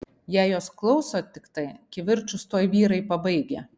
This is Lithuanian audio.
jei jos klauso tiktai kivirčus tuoj vyrai pabaigia